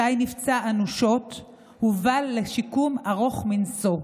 שי נפצע אנושות והובהל לשיקום ארוך מנשוא.